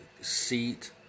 seat